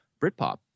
Britpop